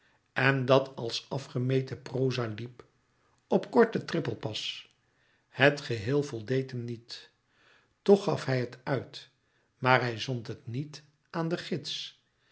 en dat als afgemeten proza liep op korten trippelpas het geheel voldeed hem niet toch gaf hij het uit maar hij zond het niet aan de gids